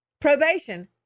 Probation